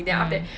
mm